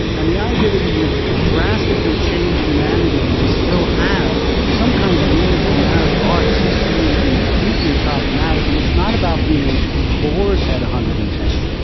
and the idea that we would could drastically change humanity and still have some kind of a meaningful narrative arc seems to me to be deeply problematic. and it's not about being bored at one hundred and ten,